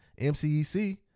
MCEC